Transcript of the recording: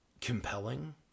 compelling